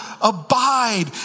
abide